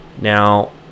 Now